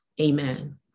amen